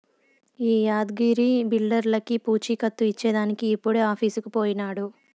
ఈ యాద్గగిరి బిల్డర్లకీ పూచీకత్తు ఇచ్చేదానికి ఇప్పుడే ఆఫీసుకు పోయినాడు